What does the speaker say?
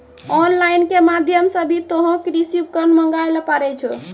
on line के माध्यम से भी तोहों कृषि उपकरण मंगाय ल पारै छौ